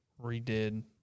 redid